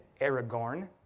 Aragorn